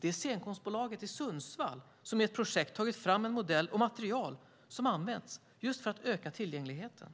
Det är Scenkonstbolaget i Sundsvall som i ett projekt tagit fram en modell och material som används just för att öka tillgängligheten.